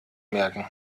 merken